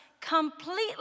Completely